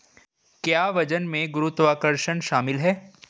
क्या वजन में गुरुत्वाकर्षण शामिल है?